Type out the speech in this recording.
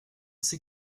sait